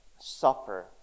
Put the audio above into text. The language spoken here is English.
Suffer